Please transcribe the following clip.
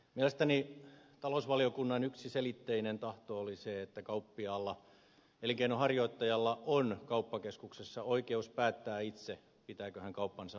mielestäni talousvaliokunnan yksiselitteinen tahto oli se että kauppiaalla elinkeinonharjoittajalla on kauppakeskuksessa oikeus päättää itse pitääkö hän kauppansa auki vai ei